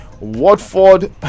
Watford